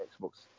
Xbox